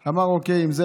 אמר: אוקיי, אם אלה